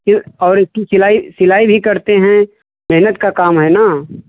फिर और इसकी सिलाई सिलाई भी करते हैं मेहनत का काम है ना